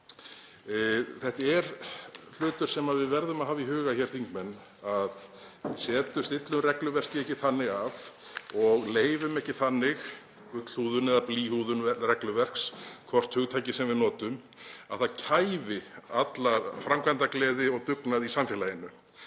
Þetta er hlutur sem við verðum að hafa í huga hér, þingmenn. Stillum regluverkið ekki þannig af og leyfum ekki þannig gullhúðun eða blýhúðun regluverks, hvort hugtakið sem við notum, að það kæfi alla framkvæmdagleði og dugnað í samfélaginu.